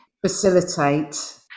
facilitate